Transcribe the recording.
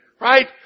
Right